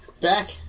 Back